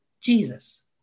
Jesus